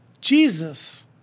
Jesus